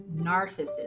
narcissist